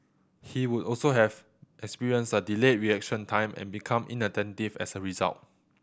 he would also have experienced a delayed reaction time and become inattentive as a result